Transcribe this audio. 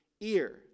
ear